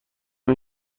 این